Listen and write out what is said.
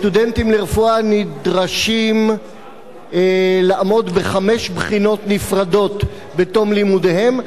סטודנטים לרפואה נדרשים לעמוד בחמש בחינות נפרדות בתום לימודיהם,